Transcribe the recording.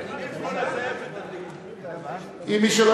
עדיף לא לזייף את "התקווה" אם מי שלא